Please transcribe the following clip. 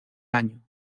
año